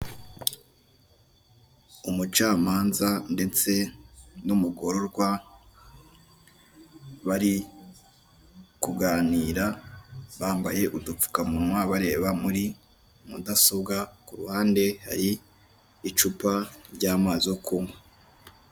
umucamanza ndetse n'umugororwa bari kuganira bambaye udupfukamunwa bareba muri mudasobwa kuruhande hari icupa ry'amazi yo kunkwa.